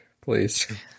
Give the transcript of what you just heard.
please